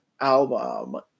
album